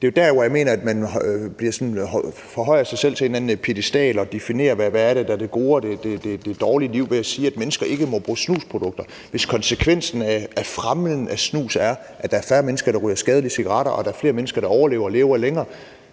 det er der, jeg mener man ophøjer sig selv til at sidde på en eller anden piedestal, der kan definere, hvad der er det gode og det dårlige liv ved at sige, at mennesker ikke må bruge snusprodukter. Hvis konsekvensen af det at fremme snus er, at der er færre mennesker, der ryger skadelige cigaretter, og at der er flere mennesker, der overlever og lever længere,